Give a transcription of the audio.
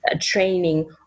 training